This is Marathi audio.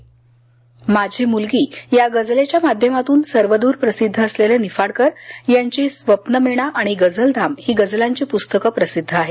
माझी मुलगी या गझलेच्या माध्यमातून सर्वदूर प्रसिद्ध असलेले निफाडकर यांची स्वप्नमेणा आणि गझलधाम ही गझलांची पुस्तकं प्रसिद्ध आहेत